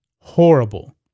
horrible